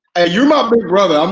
ah you're my big brother. um